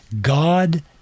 God